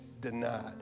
denied